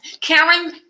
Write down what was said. Karen